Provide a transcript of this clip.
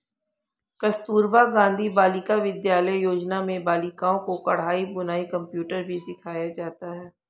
कस्तूरबा गाँधी बालिका विद्यालय योजना में बालिकाओं को कढ़ाई बुनाई कंप्यूटर भी सिखाया जाता है